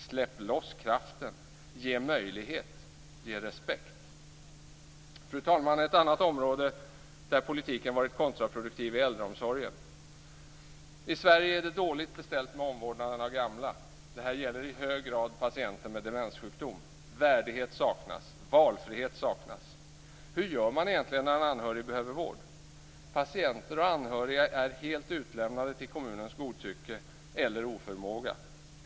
Släpp loss kraften, ge möjlighet, ge respekt. Fru talman! Ett annat område där politiken varit kontraproduktiv är äldreomsorgen. I Sverige är det dåligt beställt med omvårdnaden av gamla. Detta gäller i hög grad patienter med demenssjukdom. Värdighet saknas, valfrihet saknas. Hur gör man när en anhörig behöver vård? Patienter och anhöriga är helt utlämnade till kommunernas godtycke eller oförmåga.